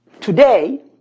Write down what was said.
Today